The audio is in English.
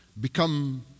become